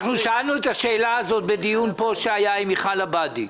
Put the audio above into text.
שאלנו את השאלה הזאת בדיון שהיה פה עם מיכל עבאדי.